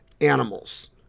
animals